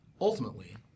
ultimately